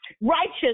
Righteous